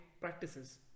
practices